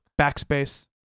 Backspace